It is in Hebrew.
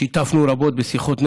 שיתפנו רבות בשיחות נפש,